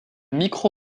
micro